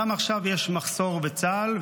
גם עכשיו יש מחסור בצה"ל,